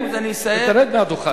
סיים ורד מהדוכן.